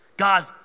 God